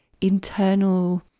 internal